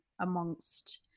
amongst